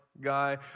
guy